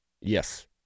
Yes